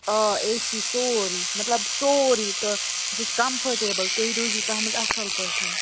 آ A C سورُے مطلب سورُے تہٕ سُہ چھُ کَمفٲٹیبٕل تُہۍ روٗزِو تَتھ منٛز اَصٕل پٲٹھۍ